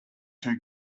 two